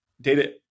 Data